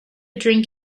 drink